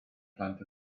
phlant